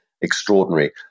extraordinary